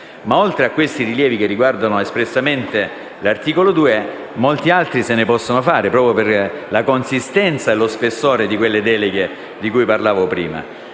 Ma oltre a questi rilievi che riguardano espressamente l'articolo 2, molti altri se ne possono fare, proprio per la consistenza e lo spessore di quelle deleghe, di cui parlavo prima.